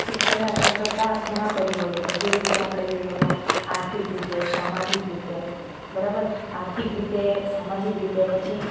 શિક્ષણને અસર કરતાં ઘણા પરિબળો છે જેવી રીતે આપણે જોઈએ તો આર્થિક રીતે સામાજિક રીતે બરાબર આર્થિક રીતે સામાજિક રીતે પછી